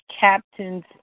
captains